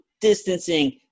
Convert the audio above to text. distancing